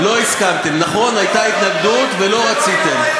לא הסכמתם, נכון, הייתה התנגדות ולא רציתם.